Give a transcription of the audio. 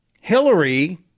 Hillary